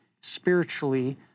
spiritually